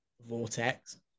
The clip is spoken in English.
vortex